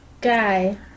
guy